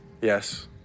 Yes